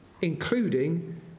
including